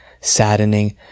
saddening